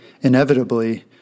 inevitably